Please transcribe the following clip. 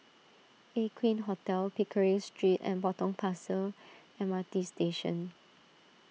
Aqueen Hotel Pickering Street and Potong Pasir M R T Station